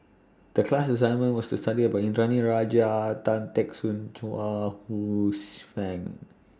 The class assignment was to study about Indranee Rajah Tan Teck Soon Chuang Hsueh Fang